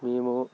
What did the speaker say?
మేము